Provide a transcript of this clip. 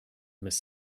miss